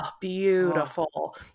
beautiful